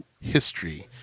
history